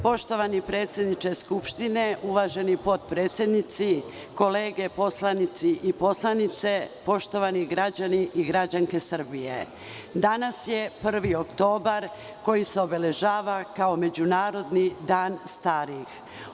Poštovani predsedniče Skupštine, uvaženi potpredsednici, kolege poslanici i poslanice, poštovani građani i građanke Srbije, danas je 1. oktobar, koji se obeležava kao Međunarodni dan starih.